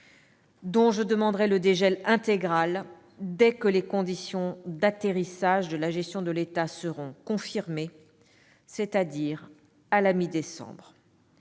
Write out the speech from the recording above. dont je demanderai le dégel intégral dès que les conditions d'atterrissage de la gestion de l'État seront confirmées, c'est-à-dire à la mi-décembre.